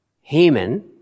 Haman